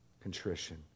contrition